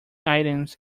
items